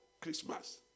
Christmas